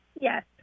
Yes